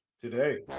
Today